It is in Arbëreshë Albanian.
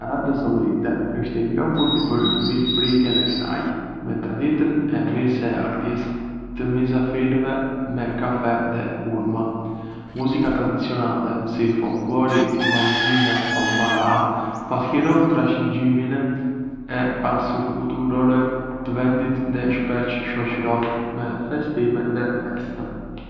Arabia Saudite është e njohur për mikpritjen e saj, me traditën e mirëseardhjes të mysafirëve me kafe dhe hurma. Muzika tradicionale, si folklori i vallëzimeve al baraa, pasqyron trashëgiminë e pasur kulturore të vendit dhe shpesh shoçërohet me festime dhe festa.